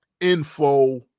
info